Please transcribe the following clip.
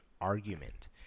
argument